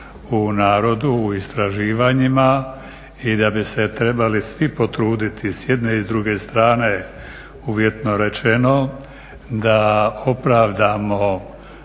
u narodu u istraživanjima i da bi se trebali svi potruditi s jedne i s druge strane uvjetno rečeno da opravdamo